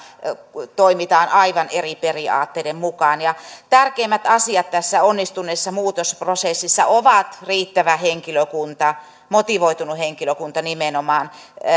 toimitaan aivan eri periaatteiden mukaan tärkeimmät asiat tässä onnistuneessa muutosprosessissa ovat riittävä henkilökunta motivoitunut henkilökunta nimenomaan